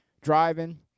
driving